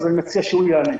אני מציע שהוא יענה.